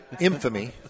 Infamy